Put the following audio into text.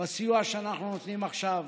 בסיוע שאנחנו נותנים עכשיו